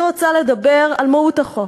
אני רוצה לדבר על מהות החוק.